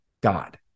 God